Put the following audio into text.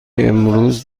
امروز